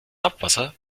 abwasser